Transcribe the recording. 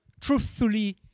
truthfully